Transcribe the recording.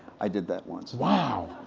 i did that once. wow.